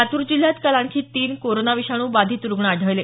लातूर जिल्ह्यात काल आणखी तीन कोरोना विषाणू बाधित रुग्ण आढळले